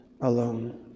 alone